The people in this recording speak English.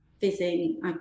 fizzing